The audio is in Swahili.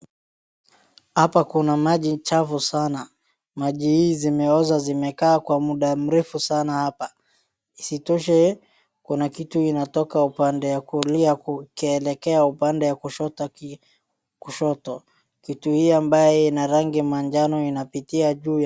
Hapa kuna maji chafu sana, maji hii zimeoza zimekaa kwa muda mrefu sana hapa isitoshe kuna kitu inatoka upande wa kulia ikielekea upande wa kushoto kitu hii ambaye ina rangi ya manjano inapitia juu yake.